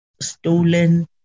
stolen